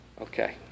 Okay